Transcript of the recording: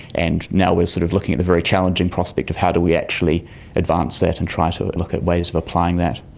and now we're sort of looking at the very challenging prospect of how do we actually advance that and try to look at ways of applying that.